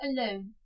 alone